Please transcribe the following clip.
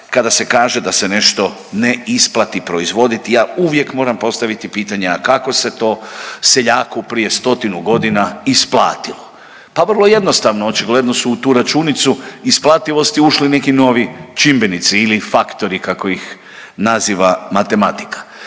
kada se kaže da se nešto ne isplati proizvoditi. Ja uvijek moram postaviti pitanje, a kako se to seljaku prije stotinu godina isplatilo? Pa vrlo jednostavno, očigledno su u tu računicu isplativosti ušli neki novi čimbenici ili faktori kako ih naziva matematika.